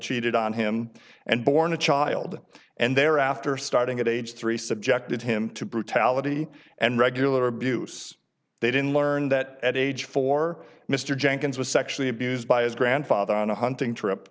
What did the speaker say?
cheated on him and borne a child and thereafter starting at age three subjected him to brutality and regular abuse they didn't learn that at age four mr jenkins was sexually abused by his grandfather on a hunting trip